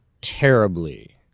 terribly